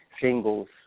singles